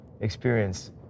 experience